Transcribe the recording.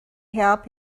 help